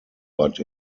but